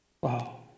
Wow